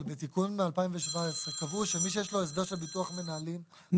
אבל בתיקון מ-2017 קבעו שמי שיש לו הסדר של ביטוח מנהלים --- נכון,